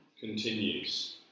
continues